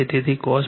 તેથી cosz 0